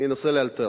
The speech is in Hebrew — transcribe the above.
אני אנסה לאלתר,